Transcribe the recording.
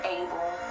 able